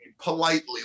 politely